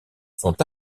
sont